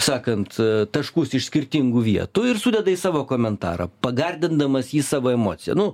sakant taškus iš skirtingų vietų ir sudeda į savo komentarą pagardindamas jį savo emocija nu